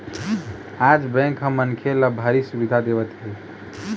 आज बेंक ह मनखे ल भारी सुबिधा देवत हे